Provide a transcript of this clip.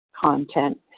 content